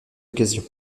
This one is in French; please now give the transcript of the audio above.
occasion